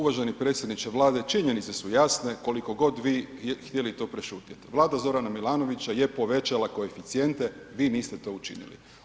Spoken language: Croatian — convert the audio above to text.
Uvaženi predsjedniče Vlade, činjenice su jasne koliko god vi htjeli to prešutjeti, Vlada Z. Milanovića je povećala koeficijente, vi niste to učinili.